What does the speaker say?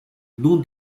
non